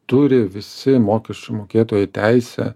turi visi mokesčių mokėtojai teisę